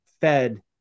fed